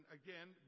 again